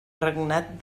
regnat